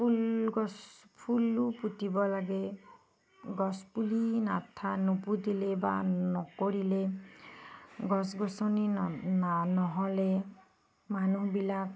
ফুলগছ ফুলো পুতিব লাগে গছপুলি নাথা নুপুতিলে বা নকৰিলে গছ গছনি নহ'লে মানুহবিলাক